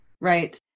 Right